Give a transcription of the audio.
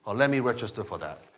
ah let me register for that.